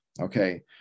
okay